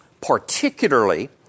particularly